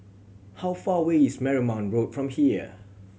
how far away is Marymount Road from here